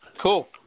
Cool